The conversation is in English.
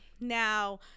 Now